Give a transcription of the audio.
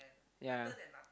yea